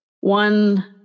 One